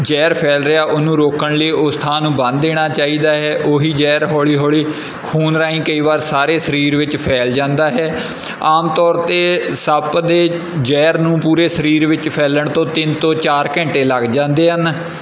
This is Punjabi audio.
ਜਹਿਰ ਫੈਲ ਰਿਹਾ ਉਹਨੂੰ ਰੋਕਣ ਲਈ ਉਸ ਥਾਂ ਨੂੰ ਬੰਨ੍ਹ ਦੇਣਾ ਚਾਹੀਦਾ ਹੈ ਉਹੀ ਜਹਿਰ ਹੌਲੀ ਹੌਲੀ ਖੂਨ ਰਾਹੀਂ ਕਈ ਵਾਰ ਸਾਰੇ ਸਰੀਰ ਵਿੱਚ ਫੈਲ ਜਾਂਦਾ ਹੈ ਆਮ ਤੌਰ 'ਤੇ ਸੱਪ ਦੇ ਜਹਿਰ ਨੂੰ ਪੂਰੇ ਸਰੀਰ ਵਿੱਚ ਫੈਲਣ ਤੋਂ ਤਿੰਨ ਤੋਂ ਚਾਰ ਘੰਟੇ ਲੱਗ ਜਾਂਦੇ ਹਨ